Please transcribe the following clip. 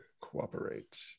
cooperate